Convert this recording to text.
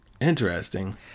Interesting